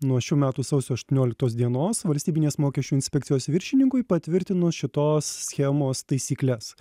nuo šių metų sausio aštuonioliktos dienos valstybinės mokesčių inspekcijos viršininkui patvirtino šitos schemos taisykles